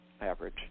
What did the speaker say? average